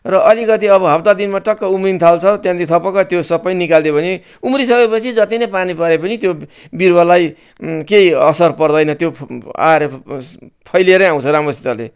र अलिकति अब हप्ता दिनमा टक्क उम्रिन थाल्छ त्यहाँदेखि थपक्क त्यो सबै निकाली दियो भने उम्री सक्योपछि जतिनै पानी परे पनि त्यो बिरुवालाई केही असर पर्दैन त्यो आएर फैलिएरै आउँछ राम्रोसितले